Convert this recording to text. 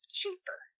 cheaper